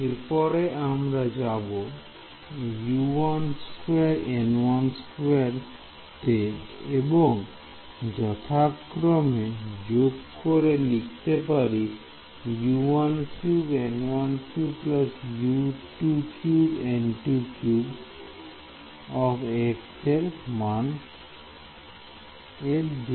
এরপরে আমরা যাব তে এবং যথাক্রমে যোগ করে লিখতে পারি x এর সব মান এর জন্য